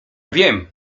wiem